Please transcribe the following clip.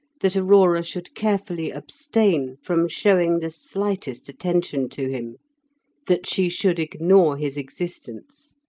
that aurora should carefully abstain from showing the slightest attention to him that she should ignore his existence.